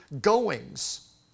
goings